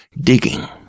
digging